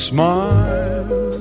Smile